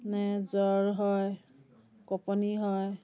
নে জ্বৰ হয় কঁপনি হয়